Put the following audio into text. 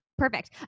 Perfect